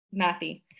mathy